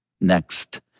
Next